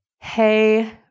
Hey